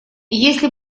если